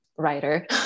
writer